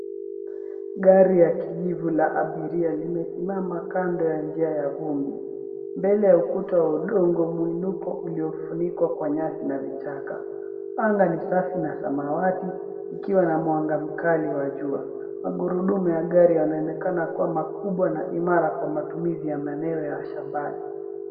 Gari la kijivu la abiria, limesimama kando ya njia ya vumbi, mbele ya ukuta udongo mwinuko uliyofunikwa kwa nyasi na vichaka. Anga ni safi na samwati, ikiwa na mwanga mkali wa jua. Magurudumu ya gari yanaonekana kuwa makubwa na imara kwa matumizi ya maeneo ya shambani.